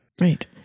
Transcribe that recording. Right